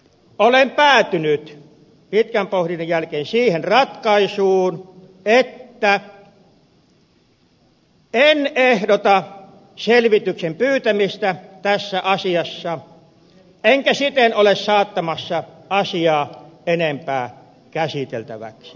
olen päätynyt pitkän pohdinnan jälkeen siihen ratkaisuun että en ehdota selvityksen pyytämistä tässä asiassa enkä siten ole saattamassa asiaa enempää käsiteltäväksi